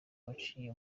waciye